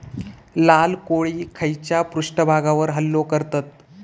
लाल कोळी खैच्या पृष्ठभागावर हल्लो करतत?